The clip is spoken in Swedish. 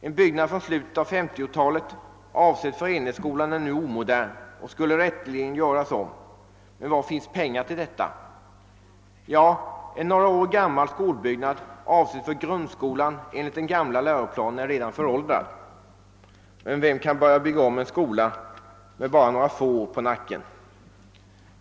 En byggnad från slutet av 1950-talet, avsedd för enhetsskolan, är nu omodern och borde rätteligen göras om, men var finns pengar till detta? Ja, en några år gammal skolbyggnad, avsedd för grundskolan enligt den gamla läroplanen, är redan föråldrad. Men vem kan börja bygga om en skola som bara är några få år?